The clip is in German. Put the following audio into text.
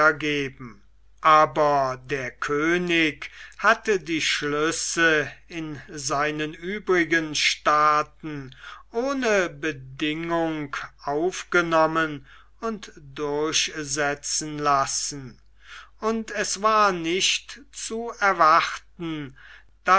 aber der könig hatte die schlüsse in seinen übrigen staaten ohne bedingung angenommen und durchsetzen lassen und es war nicht zu erwarten